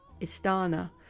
Istana